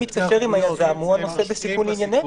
מי שמתקשר עם היזם הוא הנושא בסיכון לעניינו.